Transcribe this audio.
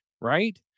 right